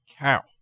cow